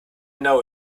know